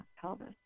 pelvis